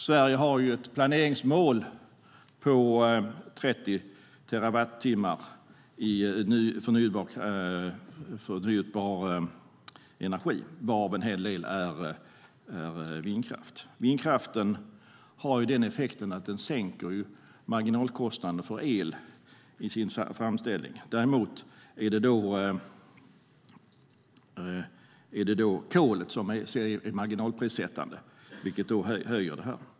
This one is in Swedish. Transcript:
Sverige har ett planeringsmål på 30 terawattimmar i förnybar energi, varav en hel del är vindkraft. Vindkraft har den effekten att den sänker marginalkostnaden för el i sin framställning. Dock är det kolet som är marginalprissättande, vilket höjer det.